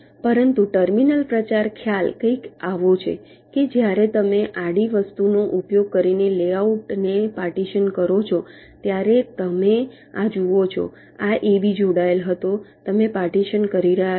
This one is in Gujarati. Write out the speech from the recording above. પરંતુ ટર્મિનલ પ્રચાર ખ્યાલ કંઈક આવો છે કે જ્યારે તમે આડી વસ્તુનો ઉપયોગ કરીને લેઆઉટને પાર્ટીશન કરો છો ત્યારે તમે આ જુઓ છો આ AB જોડાયેલ હતો તમે પાર્ટીશન કરી રહ્યા છો